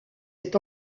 est